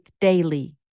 daily